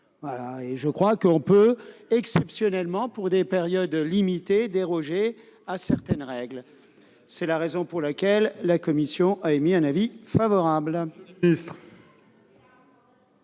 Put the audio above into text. de manière exceptionnelle et pour une durée limitée, déroger à certaines règles. C'est la raison pour laquelle la commission a émis un avis favorable